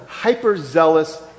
hyperzealous